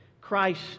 Christ